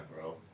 bro